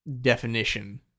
definition